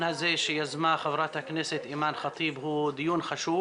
הזה שיזמה חברת הכנסת אימאן ח'טיב הוא דיון חשוב